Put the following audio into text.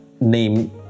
name